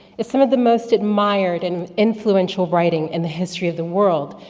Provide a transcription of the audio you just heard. is some of the most admired, and influential writing in the history of the world.